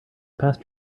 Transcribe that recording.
past